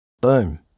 Boom